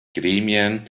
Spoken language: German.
gremien